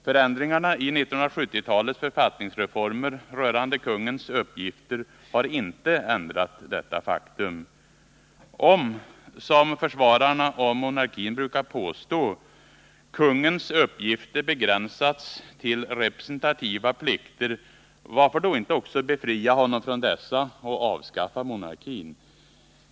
Förändringarna i 1970-talets författningsreformer rörande kungens uppgifter har inte ändrat detta faktum. När, som försvararna av monarkin brukar påstå, kungens uppgifter begränsats till representativa plikter, varför då inte också befria honom från dessa och avskaffa monarkin?